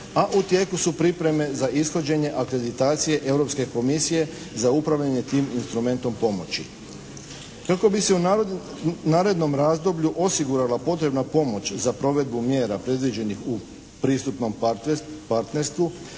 a u tijeku su pripreme za ishođenje akreditacije Europske Komisije za upravljanje tim instrumentom pomoći. Kako bi se u narednom razdoblju osigurala potrebna pomoć za provedbu mjera predviđenih u pristupnom partnerstvu